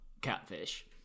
catfish